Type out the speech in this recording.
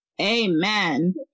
Amen